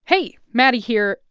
hey. maddie here.